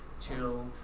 chill